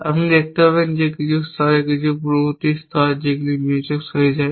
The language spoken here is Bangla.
আপনি দেখতে পাবেন যে কিছু স্তরে কিছু পূর্ববর্তী স্তর সেগুলি Mutex হয়ে যায়